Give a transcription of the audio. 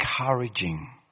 encouraging